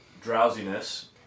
drowsiness